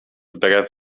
brew